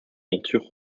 monture